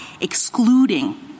excluding